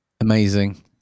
Amazing